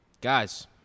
Guys